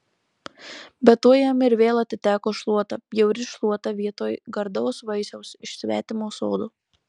bet tuoj jam ir vėl atiteko šluota bjauri šluota vietoj gardaus vaisiaus iš svetimo sodo